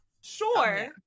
Sure